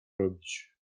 robić